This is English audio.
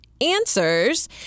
answers